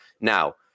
now